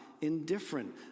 indifferent